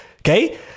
Okay